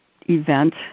event